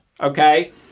Okay